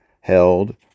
held